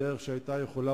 בדרך שהיתה יכולה,